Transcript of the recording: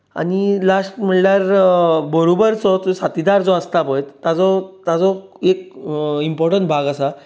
आनी लास्ट म्हणल्यार बरोबर जो साथीदार जो आसता पय ताचो ताचो एक इम्पोर्टंट भाग आसा